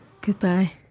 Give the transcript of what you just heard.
Goodbye